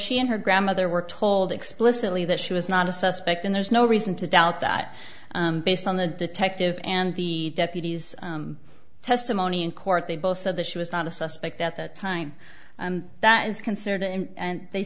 she and her grandmother were told explicitly that she was not a suspect and there's no reason to doubt that based on the detective and the deputy's testimony in court they both said that she was not a suspect at that time and that is considered and they